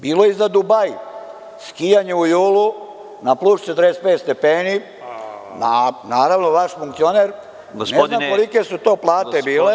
Bilo je i za Dubai, skijanje u julu na plus 45 stepeni, naravno vaš funkcioner ne zna kolike su to plate bile…